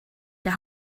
der